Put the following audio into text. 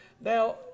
now